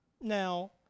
Now